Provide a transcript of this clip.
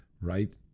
right